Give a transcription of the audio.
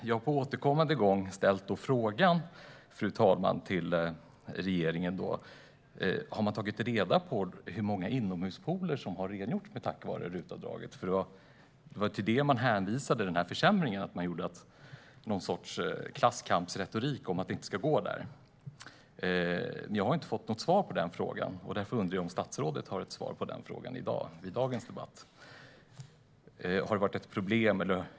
Jag har då återkommande ställt frågan till regeringen om man har tagit reda på hur många inomhuspooler som har rengjorts tack vare RUT-avdraget. Det var ju detta man hänvisade till när man presenterade försämringen. Man gjorde det till något slags klasskampsretorik. Men jag har inte fått något svar på min fråga. Därför undrar jag om statsrådet har ett svar på den frågan i dagens debatt: Har detta varit ett problem?